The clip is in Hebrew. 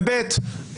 ושנית,